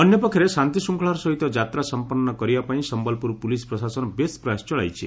ଅନ୍ୟପକ୍ଷରେ ଶାନ୍ତିଶୃଙ୍ଖଳାର ସହିତ ଯାତ୍ରା ସମ୍ପନ୍ନ କରିବା ପାଇଁ ସମ୍ୟଲପୁର ପୁଲିସ ପ୍ରଶାସନ ବେଶ୍ ପ୍ରୟାସ ଚଳାଇଛି